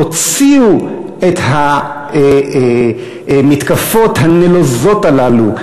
הוציאו את המתקפות הנלוזות הללו,